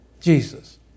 Jesus